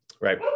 right